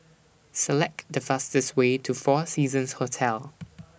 Select The fastest Way to four Seasons Hotel